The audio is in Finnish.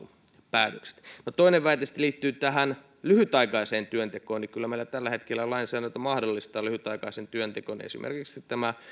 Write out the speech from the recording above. saatu päätökset toinen väite liittyy lyhytaikaiseen työntekoon kyllä meillä tällä hetkellä lainsäädäntö mahdollistaa lyhytaikaisen työnteon esimerkiksi